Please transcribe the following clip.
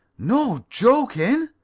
no jokin'?